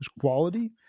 quality